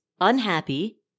unhappy